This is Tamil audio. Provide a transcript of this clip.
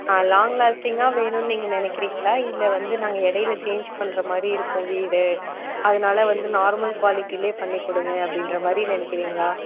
லாங் லாஸ்டிங்காக வேணுமென்னு நீங்கள் நினைக்கிறீங்களா இல்லை வந்து நாங்கள் இடையில சேஞ்ச் பண்ணுற மாதிரி இருக்கும் வீடு அதனால் வந்து நார்மல் குவாலிட்டியிலேயே பண்ணிக் கொடுங்க அப்படின்ற மாதிரி நினைக்கிறீங்களா